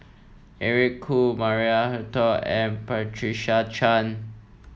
Eric Khoo Maria Hertogh and Patricia Chan